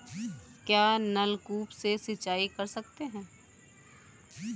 क्या नलकूप से सिंचाई कर सकते हैं?